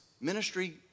Ministry